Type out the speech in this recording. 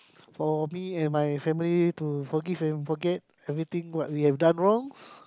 for me and my family to forgive and forget everything what we have done wrongs